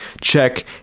Check